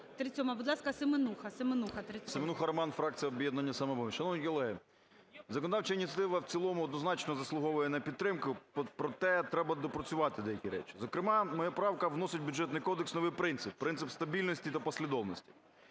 СЕМЕНУХА Р.С. Семенуха Роман, фракція "Об'єднання "Самопоміч". Шановні колеги, законодавча ініціатива в цілому однозначно заслуговує на підтримку, проте треба доопрацювати деякі речі. Зокрема, моя правка вносить в Бюджетний кодекс новий принцип – принцип стабільності та послідовності.